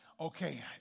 okay